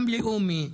גם בנק לאומי,